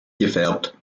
gefärbt